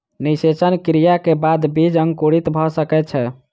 निषेचन क्रिया के बाद बीज अंकुरित भ सकै छै